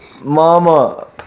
Mama